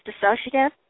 dissociative